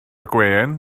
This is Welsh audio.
gwên